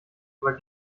aber